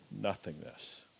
nothingness